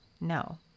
no